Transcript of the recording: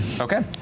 Okay